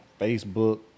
Facebook